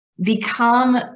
become